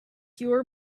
pure